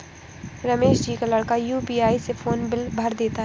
रमेश जी का लड़का यू.पी.आई से फोन बिल भर देता है